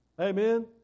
Amen